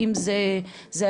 האם זה הדיון,